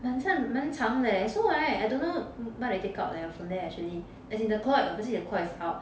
很像蛮长的 leh so [right] I don't know what they take out leh from there actually as in the claw obviously the claw is out